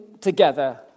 together